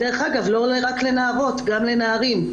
דרך אגב, לא רק לנערות אלא גם לנערים.